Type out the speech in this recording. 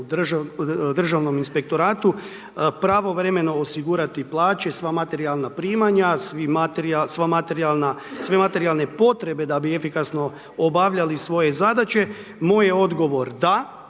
u državnom inspektoratu pravovremeno osigurati plaće i sva materijalna primanja, sve materijalne potrebe da bi efikasno obavljali svoje zadaće, moj je odgovor da,